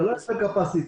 זה לא עניין של קיבולת.